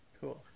Cool